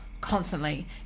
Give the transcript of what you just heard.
constantly